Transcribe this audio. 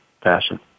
fashion